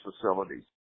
facilities